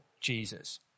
Jesus